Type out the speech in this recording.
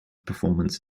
performance